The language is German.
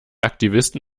aktivisten